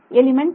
element 'a'